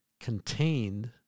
contained